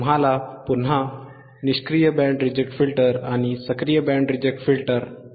तुम्हाला पुन्हा निष्क्रिय बँड रिजेक्ट फिल्टर आणि सक्रिय बँड रिजेक्ट फिल्टर दिसेल